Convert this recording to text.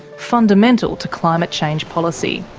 fundamental to climate change policy.